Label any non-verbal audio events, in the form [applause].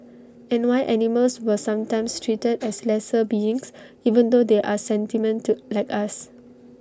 and why animals were sometimes treated [noise] as lesser beings even though they are [unintelligible] like us